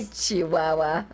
chihuahua